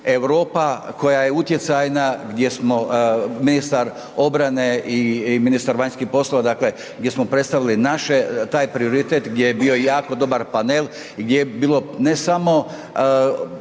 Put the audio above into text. Europa koja je utjecajna gdje smo ministar obrane i ministar vanjskih poslova dakle gdje smo predstavili naš taj prioritet gdje je bio jako dobar panel, gdje je bilo ne samo